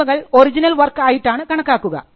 സിനിമകൾ original work ആയിട്ടാണ് കണക്കാക്കുക